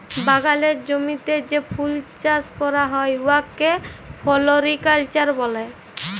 বাগালের জমিতে যে ফুল চাষ ক্যরা হ্যয় উয়াকে ফোলোরিকাল্চার ব্যলে